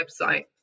website